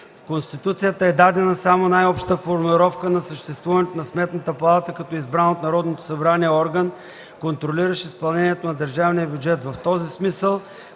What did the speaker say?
В Конституцията е дадена само най-обща формулировка на съществуването на Сметната палата като избран от Народното събрание орган, контролиращ изпълнението на държавния бюджет. В този смисъл